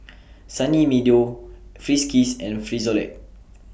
Sunny Meadow Friskies and Frisolac